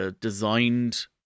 designed